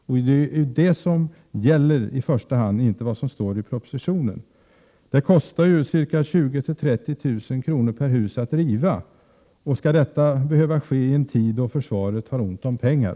Det är det som i första hand gäller och inte vad som står i propositionen. Det kostar ca 20 000-30 000 kr. per hus att riva. Skall detta behöva ske i en tid då försvaret har ont om pengar?